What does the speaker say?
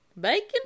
Bacon